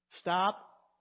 stop